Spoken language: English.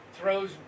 Throws